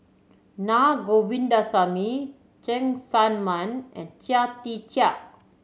Naa Govindasamy Cheng Tsang Man and Chia Tee Chiak